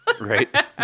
Right